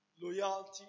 loyalty